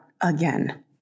again